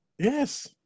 Yes